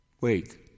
wait